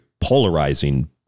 polarizing